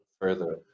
further